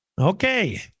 Okay